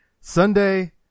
Sunday